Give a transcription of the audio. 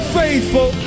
faithful